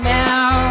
now